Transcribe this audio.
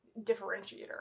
differentiator